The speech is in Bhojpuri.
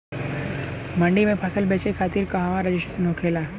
मंडी में फसल बेचे खातिर कहवा रजिस्ट्रेशन होखेला?